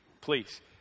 Please